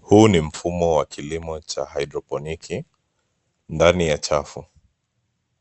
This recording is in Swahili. Huu ni mfumo wa kilimo cha hydroponic ndani ya chafu.